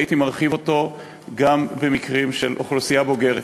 הייתי מרחיב אותו גם למקרים של אוכלוסייה בוגרת,